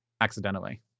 accidentally